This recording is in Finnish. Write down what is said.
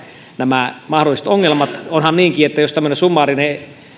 nämä mahdolliset ongelmat jotenkin taklata onhan niinkin että jos tämmöinen summaarinen